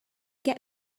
get